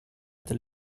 inte